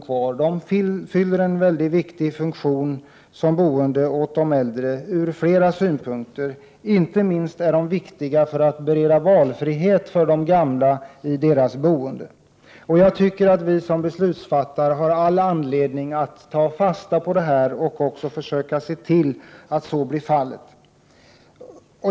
De fyller ur flera synpunkter en mycket viktig funktion som bostäder för de äldre, inte minst är de viktiga när det gäller att bereda valfrihet för de gamla. Jag tycker att det finns för oss beslutsfattare all anledning att ta fasta på de gamlas synpunkter och försöka se till att bevara ålderdomshemmen.